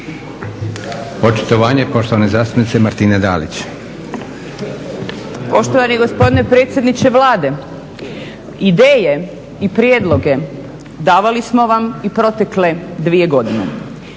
Očitovanje poštovane zastupnice Martine Dalić. **Dalić, Martina (HDZ)** Poštovani gospodine predsjedniče Vlade. Ideje i prijedloge davali smo vam i protekle dvije godine